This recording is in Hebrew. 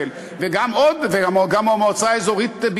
וגם המועצה האזורית תמר זה מדינת ישראל,